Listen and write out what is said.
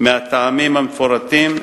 מהטעמים המפורטים,